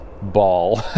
ball